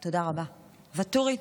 ואטורי,